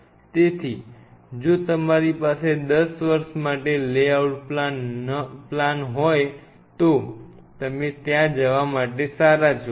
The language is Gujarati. તેથી જો તમારી પાસે 10 વર્ષ માટે લેઆઉટ પ્લાન હોય તો તમે ત્યાં જવા માટે સારા છો